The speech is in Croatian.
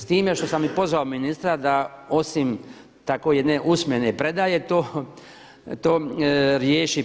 S time što sam i pozvao ministra da osim tako jedne usmene predaje to riješi